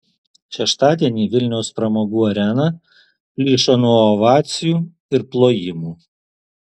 šeštadienį vilniaus pramogų arena plyšo nuo ovacijų ir plojimų